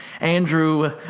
Andrew